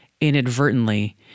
inadvertently